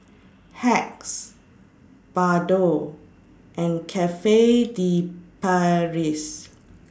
Hacks Bardot and Cafe De Paris